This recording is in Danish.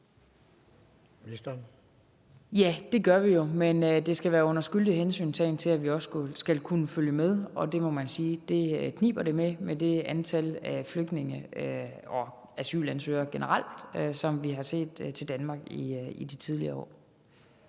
Ja, det gør vi jo, men det skal være under skyldig hensyntagen til, at vi også skal kunne følge med, og det må man sige at det kniber med, med det antal af flygtninge og asylansøgere generelt, som vi har set er kommet til Danmark i de tidligere år.